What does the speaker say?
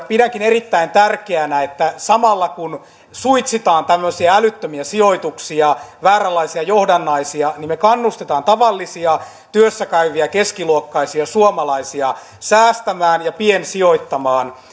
pidänkin erittäin tärkeänä että samalla kun suitsitaan tämmöisiä älyttömiä sijoituksia vääränlaisia johdannaisia niin me kannustamme tavallisia työssä käyviä keskiluokkaisia suomalaisia säästämään ja piensijoittamaan